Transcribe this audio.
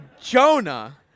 Jonah